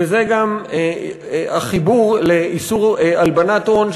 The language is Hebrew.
וזה גם החיבור לאיסור הלבנת הון,